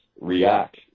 react